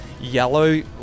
yellow